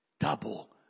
double